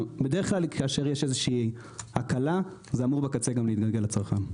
כאשר יש איזושהי הקלה זה אמור בקצה להתגלגל גם לצרכן,